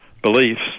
beliefs